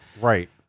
Right